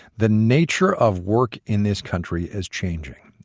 the nature of work in this country is changing.